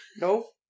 Nope